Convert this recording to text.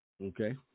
Okay